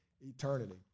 eternity